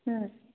ହୁଁ